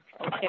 okay